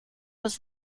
was